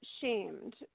shamed